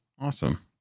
awesome